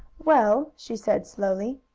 well, she said slowly,